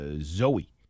Zoe